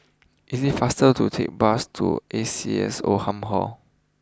it is faster to take bus to A C S Oldham Hall